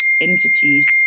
entities